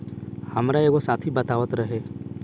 हामार एगो साथी बतावत रहे